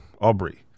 Aubrey